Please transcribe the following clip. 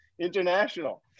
International